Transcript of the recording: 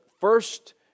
first